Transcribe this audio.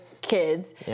kids